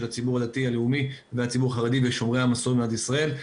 הציבור הדתי הלאומי והציבור החרדי ושומרי המסורת במדינת ישראל,